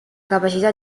capacità